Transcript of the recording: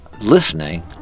listening